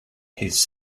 his